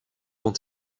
ont